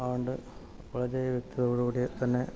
അതു കൊണ്ട് വളരെ വ്യക്തതയോടു കൂടി തന്നെ